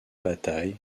bataille